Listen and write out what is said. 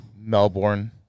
Melbourne